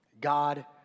God